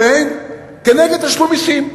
מסים,